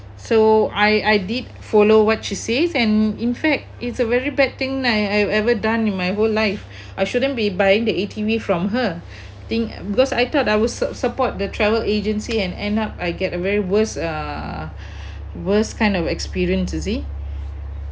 so I I did follow what she says and in fact it's a very bad thing I've I've ever done in my whole life I shouldn't be buying the A_T_V from her thing because I thought I would sup~ support the travel agency and end up I get a very worst uh worst kind of experience you see